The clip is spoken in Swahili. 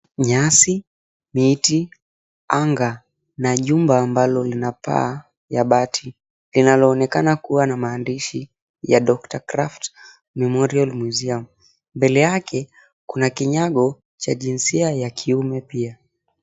Nyasi, miti, anga na jumba ambalo lina paaa ya bati linaloonekana kuwa na maandishi ya Dr. Kraft Memorial Museum, mbele yake kuna kinyago cha jinsia ya kiume pia.